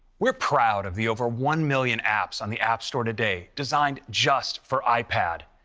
we're proud of the over one million apps on the app store today designed just for ipad.